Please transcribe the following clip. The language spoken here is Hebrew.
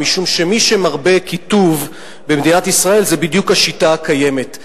משום שמי שמרבה קיטוב במדינת ישראל זה בדיוק השיטה הקיימת.